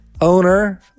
owner